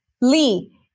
Lee